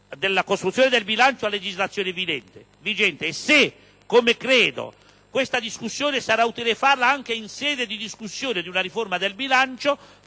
sulla costruzione del bilancio a legislazione vigente e se, come credo, questa discussione sarà utile farla anche in sede di dibattito di una riforma del bilancio,